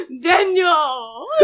Daniel